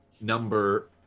number